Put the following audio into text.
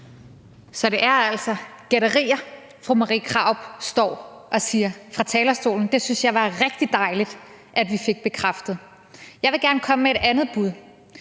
Så det er altså gætterier, fru Marie Krarup kommer med fra talerstolen; det synes jeg var rigtig dejligt at vi fik bekræftet. Jeg vil gerne komme med et andet bud.